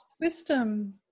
wisdom